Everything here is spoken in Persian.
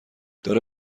داره